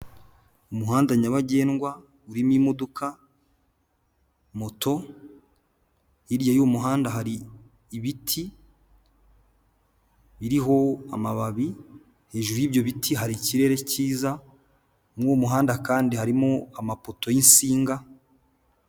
Umuhanda nyabagendwa urimo imodoka moto hirya y'umuhanda hari ibiti biriho amababi hejuru y'ibyo biti hari ikirere cyiza mumuhanda kandi harimo amapoto yinsinga.